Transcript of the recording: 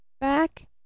back